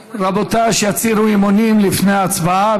רבותיי, שיצהירו אמונים לפני ההצבעה.